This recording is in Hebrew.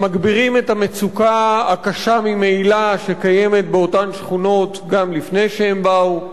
הם מגבירים את המצוקה הקשה ממילא שקיימת באותן שכונות גם לפני שהם באו.